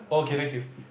okay thank you